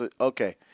Okay